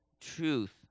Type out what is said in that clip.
truth